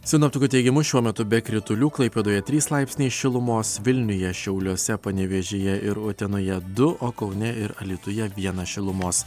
sinoptikų teigimu šiuo metu be kritulių klaipėdoje trys laipsniai šilumos vilniuje šiauliuose panevėžyje ir utenoje du o kaune ir alytuje vienas šilumos